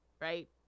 right